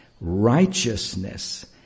righteousness